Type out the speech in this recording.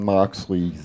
Moxley